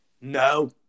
No